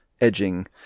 edging